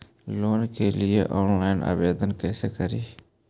Loan के लिये online आवेदन कैसे करि?